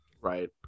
Right